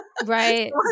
right